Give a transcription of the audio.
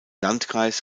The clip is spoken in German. landkreis